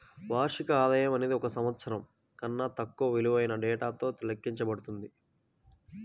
వార్షిక ఆదాయం అనేది ఒక సంవత్సరం కన్నా తక్కువ విలువైన డేటాతో లెక్కించబడుతుంది